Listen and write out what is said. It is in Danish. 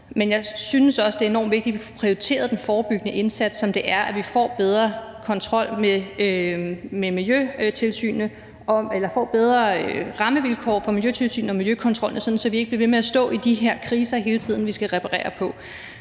men jeg synes også, det er enormt vigtigt, at vi får prioriteret den forebyggende indsats, som det er, nemlig at vi får bedre rammevilkår for miljøtilsynet og miljøkontrollen, sådan at vi ikke bliver ved med at stå i de her kriser hele tiden, som vi skal reparere på.